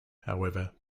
however